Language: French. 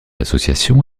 association